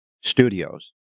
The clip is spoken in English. studios